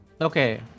Okay